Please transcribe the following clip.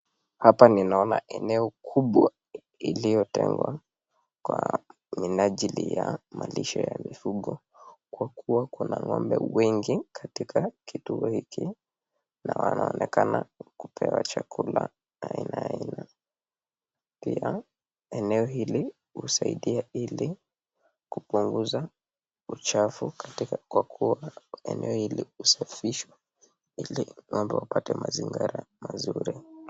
Hapa ninaona eneo kubwa iliyotengwa kwa minajili ya malishe ya mifugo kwa kuwa kuna ng'ombe wengi katika kituo hiki na wanaonekana kupewa chakula aina aina, pia eneo hili husaidia ili kupunguza uchafu katika kwa kuwa eneo hili husafishwa ili waweze kupata maziwa yao mazuri.